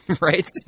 right